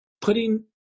putting